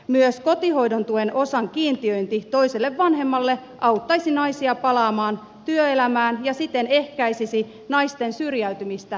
myös kotihoidon tuen osan kiintiöinti toiselle vanhemmalle auttaisi naisia palaamaan työelämään ja siten ehkäisisi naisten syrjäytymistä työmarkkinoilta